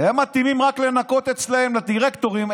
החלטתי קודם כול לבטל את הנבחרת.